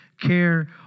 care